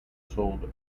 sold